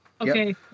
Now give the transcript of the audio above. Okay